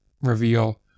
reveal